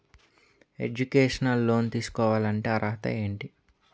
Educational loan తీసుకోవాలంటే అర్హత ఏంటి?